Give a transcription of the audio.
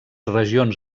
regions